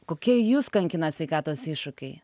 kokie jus kankina sveikatos iššūkiai